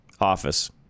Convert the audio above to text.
office